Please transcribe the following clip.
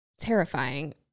terrifying